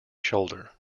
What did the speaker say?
shoulder